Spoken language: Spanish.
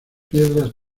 piedras